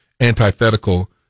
antithetical